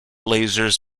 lasers